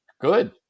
Good